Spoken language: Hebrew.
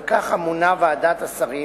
על כך אמונה ועדת השרים,